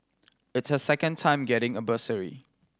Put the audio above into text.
it's her second time getting a bursary